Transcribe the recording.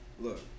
look